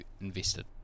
invested